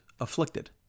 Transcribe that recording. afflicted